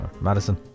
Madison